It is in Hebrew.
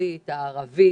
החרדית והערבית.